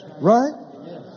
Right